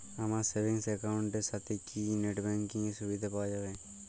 আমার savings account এর সাথে কি নেটব্যাঙ্কিং এর সুবিধা পাওয়া যাবে?